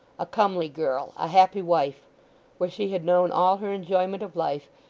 a comely girl, a happy wife where she had known all her enjoyment of life,